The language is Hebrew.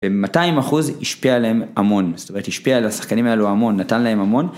200% השפיע עליהם המון, זאת אומרת השפיע על השחקנים הללו המון, נתן להם המון.